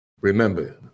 Remember